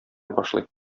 башлый